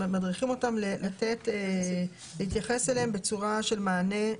מדריכים אותם להתייחס אליהם בצורה של מענה.